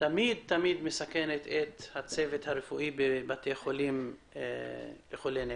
תמיד מסכנת את הצוות הרפואי בבתי חולים לחולי נפש.